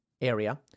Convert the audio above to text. area